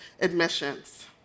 admissions